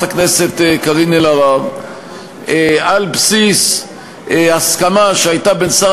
הכנסת קארין אלהרר על בסיס הסכמה שהייתה בין שר